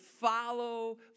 follow